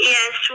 Yes